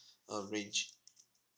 uh range